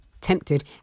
tempted